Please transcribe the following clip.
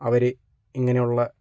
അവര് ഇങ്ങനെയുള്ള